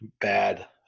bad